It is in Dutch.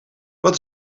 wat